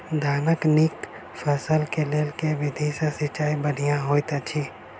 धानक नीक फसल केँ लेल केँ विधि सँ सिंचाई बढ़िया होइत अछि?